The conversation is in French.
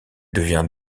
devient